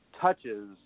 touches